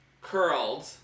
curled